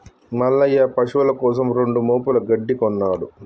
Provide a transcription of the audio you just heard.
మల్లయ్య పశువుల కోసం రెండు మోపుల గడ్డి కొన్నడు